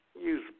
Use